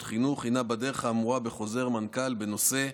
חינוך היא הדרך האמורה בחוזר מנכ"ל בנושא: